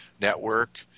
Network